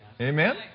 Amen